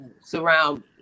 surround